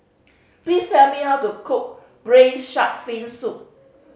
please tell me how to cook Braised Shark Fin Soup